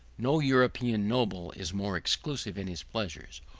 no european noble is more exclusive in his pleasures,